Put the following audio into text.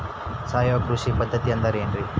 ಸಾವಯವ ಕೃಷಿ ಪದ್ಧತಿ ಅಂದ್ರೆ ಏನ್ರಿ?